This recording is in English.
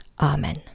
amen